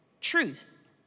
truth